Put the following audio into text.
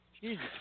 Jesus